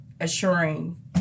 assuring